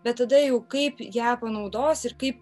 bet tada jau kaip ją panaudos ir kaip